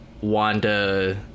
Wanda